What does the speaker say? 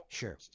sure